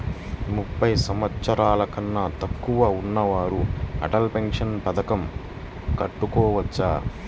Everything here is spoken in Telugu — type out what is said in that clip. ముప్పై సంవత్సరాలకన్నా తక్కువ ఉన్నవారు అటల్ పెన్షన్ పథకం కట్టుకోవచ్చా?